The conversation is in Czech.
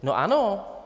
No ano!